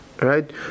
right